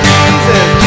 Jesus